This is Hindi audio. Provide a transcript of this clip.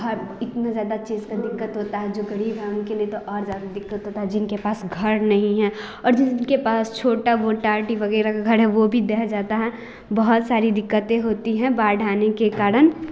इतना ज़्यादा सारा चीज का दिक्कत होता है जो गरीब है उनके लिए तो और ज़्यादा दिक्कत होता है जिनके पास घर नहीं है और जिनके पास छोटा मोटा वगैरह का घर है वो भी बह जाता है बहुत सारी दिक्कतें होती है बाढ़ आने के कारण